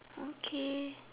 okay